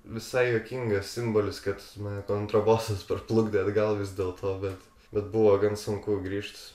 visai juokingas simbolis kad mane kontrabosas parplukdė atgal vis dėlto bet bet buvo gan sunku grįžt